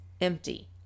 empty